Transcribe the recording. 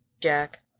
Jack